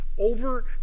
over